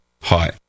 Hi